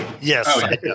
Yes